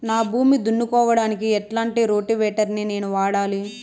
నా భూమి దున్నుకోవడానికి ఎట్లాంటి రోటివేటర్ ని నేను వాడాలి?